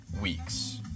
weeks